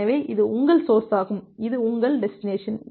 எனவே இது உங்கள் சோர்ஸாகும் இது உங்கள் டெஸ்டினேசன்